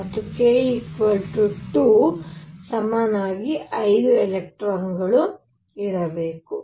ಮತ್ತು k 2 ಕ್ಕೆ ಸಮನಾಗಿ 5 ಎಲೆಕ್ಟ್ರಾನ್ಗಳು ಇರಬೇಕು